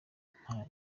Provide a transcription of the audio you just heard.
nta